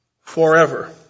forever